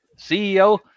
CEO